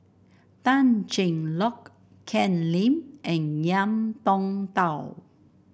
Tan Cheng Lock Ken Lim and Ngiam Tong Dow